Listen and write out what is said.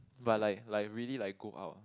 but like like really like go out